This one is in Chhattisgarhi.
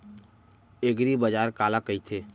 एगरीबाजार काला कहिथे?